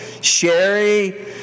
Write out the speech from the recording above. Sherry